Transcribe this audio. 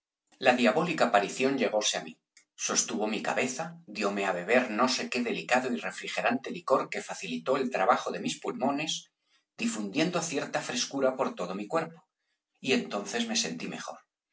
la diabólica aparición llegóse á mí sostuvo mi cabeza dióme á beber no sé qué delicado y refrigerante licor que facilitó el trabajo de mis pulmones difundiendo cierta frescura por todo mi cuerpo y entonces me sentí mejor